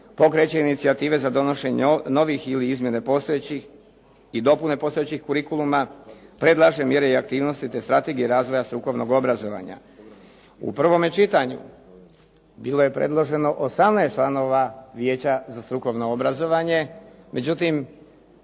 pokreće inicijative za donošenje novih ili izmjene postojećih i dopune postojećih curiculuma predlaže mjere i aktivnost te strategije razvoja strukovnog obrazovanja. U prvome čitanju bilo je predloženo 18 članova Vijeća za strukovno obrazovanje, međutim